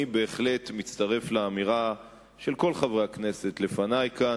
אני בהחלט מצטרף לאמירה של כל חברי הכנסת לפני כאן,